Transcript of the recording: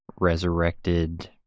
resurrected